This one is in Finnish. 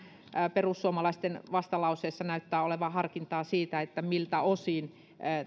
perussuomalaisten vastalauseessa näyttää olevan harkintaa siitä miltä osin